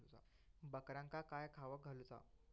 बकऱ्यांका काय खावक घालूचा?